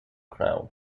crown